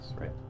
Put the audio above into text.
right